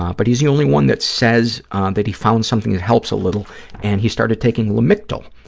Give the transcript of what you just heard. um but he's the only one that says that he found something that helps a little and he started taking lamictal,